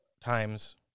times